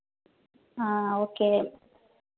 ആ ഓക്കെ